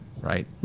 right